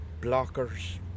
blockers